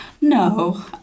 No